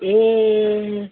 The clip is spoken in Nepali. ए